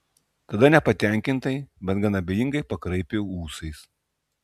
tada nepatenkintai bet gan abejingai pakraipė ūsais